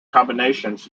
combinations